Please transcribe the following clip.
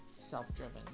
self-driven